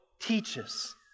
teaches